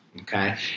Okay